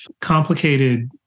complicated